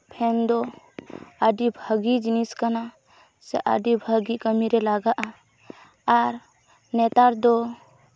fan ᱫᱚ ᱟᱹᱰᱤ ᱵᱷᱟᱹᱜᱤ ᱡᱤᱱᱤᱥ ᱠᱟᱱᱟ ᱥᱮ ᱟᱹᱰᱤ ᱵᱷᱟᱹᱜᱤ ᱠᱟᱹᱢᱤᱨᱮ ᱞᱟᱜᱟᱜᱼᱟ ᱟᱨ ᱱᱮᱛᱟᱨ ᱫᱚ